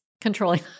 controlling